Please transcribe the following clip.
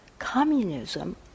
Communism